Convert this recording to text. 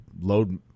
load